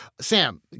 Sam